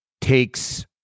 takes